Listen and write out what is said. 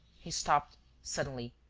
he stopped suddenly,